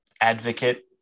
advocate